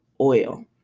oil